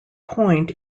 point